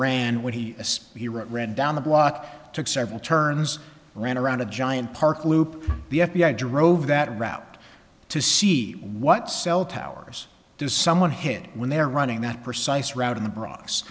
ran when he as he wrote ran down the block took several turns ran around a giant park loop the f b i drove that route to see what cell towers does someone hit when they're running that precise route in the bronx